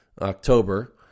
October